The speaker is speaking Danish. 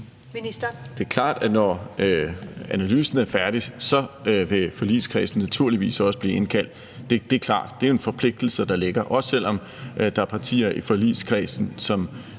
Det er klart, at når analysen er færdig, vil forligskredsen naturligvis også blive indkaldt – det er klart. Det er jo en forpligtelse, der ligger, også selv om der er partier i forligskredsen, som